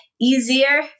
easier